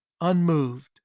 unmoved